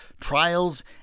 trials